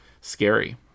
scary